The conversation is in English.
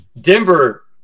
Denver